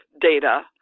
data